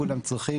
כולם צריכים